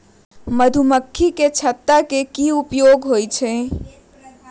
मधुमक्खी के छत्ता के का उपयोग होबा हई?